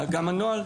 וגם הנוהל,